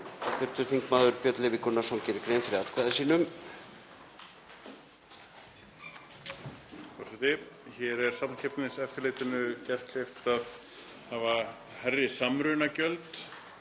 Hér er Samkeppniseftirlitinu gert kleift að hafa hærri samrunagjöld